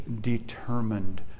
determined